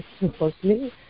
supposedly